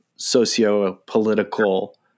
socio-political